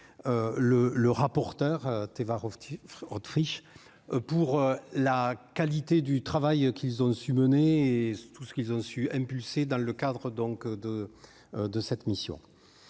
le rapporteur Téva rupture Autriche pour la qualité du travail qu'ils ont su mener et tout ce qu'ils ont su impulser dans le cadre donc de de cette mission